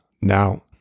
Now